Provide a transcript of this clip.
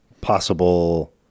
possible